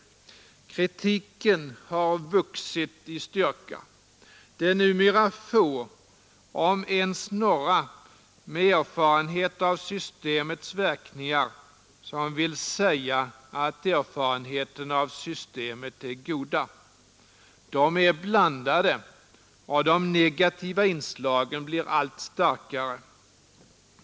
Kritiken har vuxit i styrka. Det är numera få, om ens några, med erfarenhet av systemets verkningar som vill säga att erfarenheterna av systemet är goda. De är blandade och de negativa inslagen blir allt starkare.